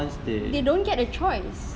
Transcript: they don't get a choice